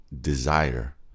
desire